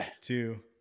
two